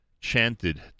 chanted